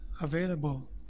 available